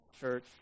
church